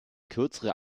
kürzere